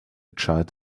child